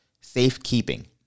safekeeping